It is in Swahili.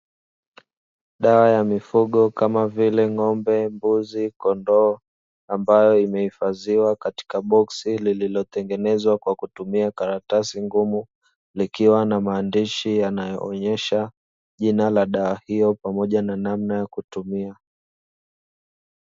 Dawa ya mifugo kama vile: ng'ombe, mbuzi, kondoo; ambayo imehifadhiwa katika boksi lililotengenezwa kwa kutumia karatasi ngumu, likiwa na maandishi yanayoonyesha jina la dawa hiyo pamoja na namna ya kutumia.